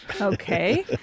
Okay